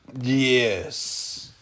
Yes